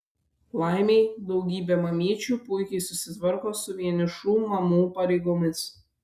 laimei daugybė mamyčių puikiai susitvarko su vienišų mamų pareigomis